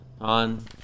on